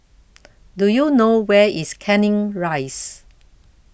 do you know where is Canning Rise